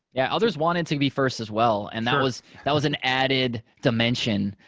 yeah others wanted to be first as well, and that was that was an added dimension